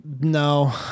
No